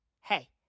Hey